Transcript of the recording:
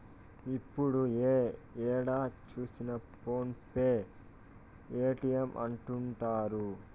ఇప్పుడు ఏడ చూసినా ఫోన్ పే పేటీఎం అంటుంటారు